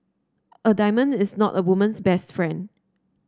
a diamond is not a woman's best friend